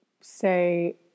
say